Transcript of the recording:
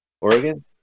Oregon